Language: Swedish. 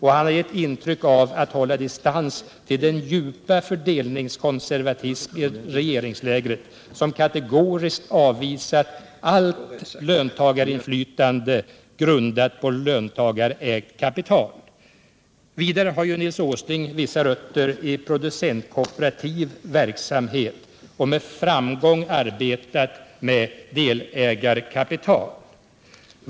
Han har gett intryck av att också hålla distans till den djupa fördelningskonservatism i regeringslägret som kategoriskt avvisat allt löntagarinflytande grundat på löntagarägt kapital. Vidare har Nils Åsling vissa rötter i producentkooperativ verksamhet, som med framgång arbetar med delägarkapital.